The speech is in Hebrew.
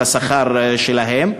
את השכר שלהם.